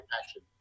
passion